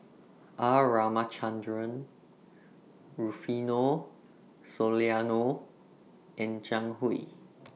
R Ramachandran Rufino Soliano and Zhang Hui